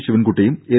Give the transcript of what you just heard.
ശിവൻകുട്ടിയും N